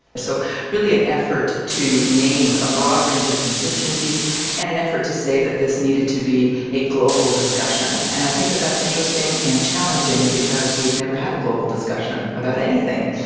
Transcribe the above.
so really an effort to name a broad range of constituencies and an effort to say that this needed to be a global discussion. and i think that that's interesting and challenging because we've never had a global discussion about anything,